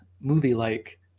movie-like